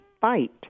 fight